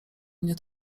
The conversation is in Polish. mnie